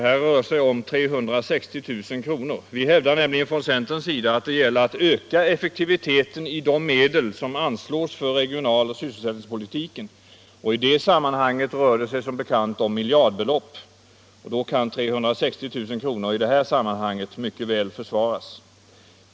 Det rör sig om 360 000 kr. Vi hävdar = från centerns sida, att det gäller att öka effektiviteten i fråga om de Anslag till statistismedel som anslås för regionaloch sysselsättningspolitiken. I det samka centralbyrån manhanget rör det sig som bekant om miljardbelopp. Då kan 360000 = m.m. kr. mycket väl försvaras.